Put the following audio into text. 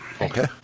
Okay